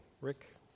Rick